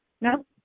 No